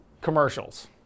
Commercials